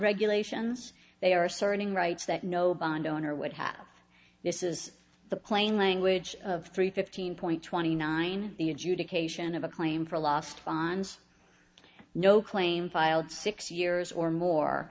regulations they are asserting rights that no bond owner would have this is the plain language of three fifteen point twenty nine the adjudication of a claim for lost fons no claim filed six years or more